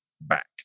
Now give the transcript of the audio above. back